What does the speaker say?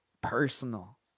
personal